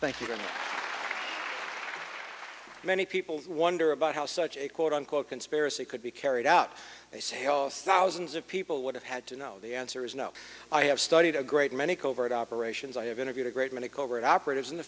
thank you many people wonder about how such a quote unquote conspiracy could be carried out thousands of people would have had to know the answer is no i have studied a great many covert operations i have interviewed a great many covert operatives and the